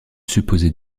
supposée